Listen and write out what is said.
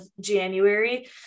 January